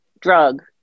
drug